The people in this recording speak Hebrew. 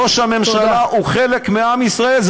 ראש הממשלה הוא חלק מעם ישראל.